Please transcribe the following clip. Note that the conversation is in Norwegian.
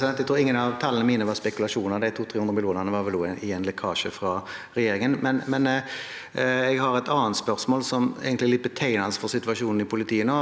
Jeg tror ingen av tallene mine var spekulasjoner. De 200–300 mill. kr var vel også en lekkasje fra regjeringen. Men jeg har et annet spørsmål, som egentlig er litt betegnende for situasjonen i politiet nå.